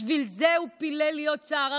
בשביל זה הוא פילל להיות שר?